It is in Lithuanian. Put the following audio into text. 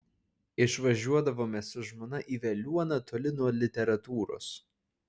išvažiuodavome su žmona į veliuoną toli nuo literatūros